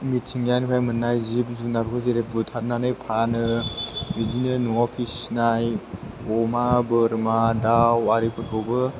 मिथिंगानिफ्राय मोननाय जिब जुनारफोर जेरै बुथारनानै फानो बिदिनो न'आव फिसिनाय अमा बोरमा दाउ आरिफोरखौबो